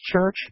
Church